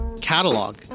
catalog